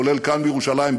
כולל כאן בירושלים,